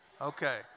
Okay